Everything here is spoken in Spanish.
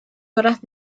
horas